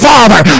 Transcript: Father